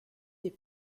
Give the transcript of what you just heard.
des